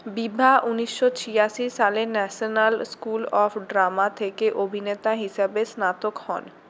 বিভা উনিশশো ছিয়াশি সালে ন্যাশনাল স্কুল অফ ড্রামা থেকে অভিনেতা হিসাবে স্নাতক হন